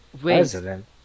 President